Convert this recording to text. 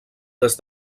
des